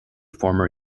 former